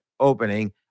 opening